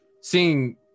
Seeing